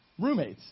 roommates